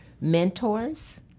mentors